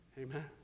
Amen